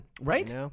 Right